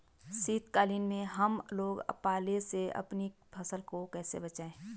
शीतकालीन में हम लोग पाले से अपनी फसलों को कैसे बचाएं?